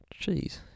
Jeez